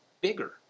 bigger